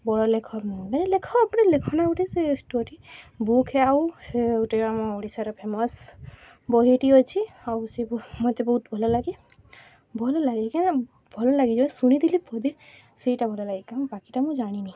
ବଡ଼ ଲେଖ ମାନ ଲେଖଟେ ଲେଖନା ଗୋଟେ ସେ ଷ୍ଟୋରିଟି ବୁକ୍ ଆଉ ସେ ଗୋଟେ ଆମ ଓଡ଼ିଶାର ଫେମସ୍ ବହିଟି ଅଛି ଆଉ ସେ ମୋତେ ବହୁତ ଭଲ ଲାଗେ ଭଲ ଲାଗେ କିଁ ଭଲ ଲାଗେ ଯେଉଁ ଶୁଣିଥିଲେ ବୋଧେ ସେଇଟା ଭଲ ଲାଗେ କାଣ ବାକିଟା ମୁଁ ଜାନି